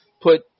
put –